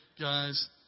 guys